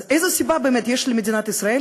אז איזו סיבה באמת יש למדינה ישראל